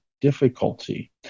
difficulty